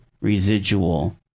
residual